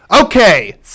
Okay